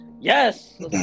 yes